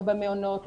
לא במעונות,